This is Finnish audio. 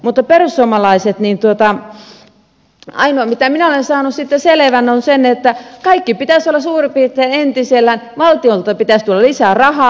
mutta perussuomalaiset ainoa mitä minä olen saanut siitä selvän on se että kaiken pitäisi olla suurin piirtein entisellään valtiolta pitäisi tulla lisää rahaa